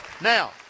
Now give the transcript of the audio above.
Now